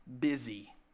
busy